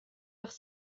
heure